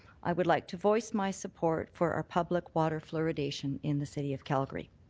i would like to voice my support for our public water fluoridation in the city of calgary.